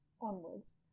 onwards